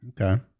Okay